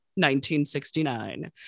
1969